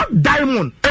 diamond